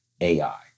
AI